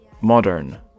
Modern